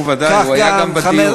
הוא ודאי, הוא היה גם בדיון.